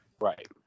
Right